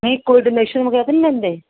ਨਹੀਂ ਕੋਈ ਡੋਨੇਸ਼ਨ ਵਗੈਰਾ ਤਾਂ ਨਹੀਂ ਲੈਂਦੇ